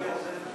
האוטופי הזה?